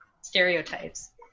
stereotypes